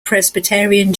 presbyterian